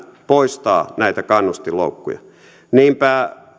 poistaa näitä kannustinloukkuja niinpä